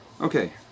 okay